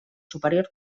superior